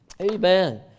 Amen